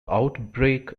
outbreak